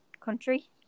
country